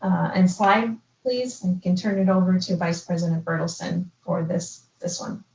and slide please. and can turn it over to vice president berthelsen for this this one.